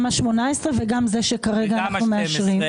גם ה-18 וגם זה שכרגע אנחנו מאשרים.